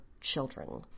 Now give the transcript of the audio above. children